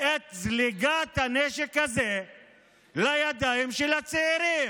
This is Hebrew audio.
את זליגת הנשק הזה לידיים של הצעירים?